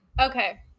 Okay